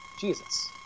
Jesus